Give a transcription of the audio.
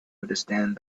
understand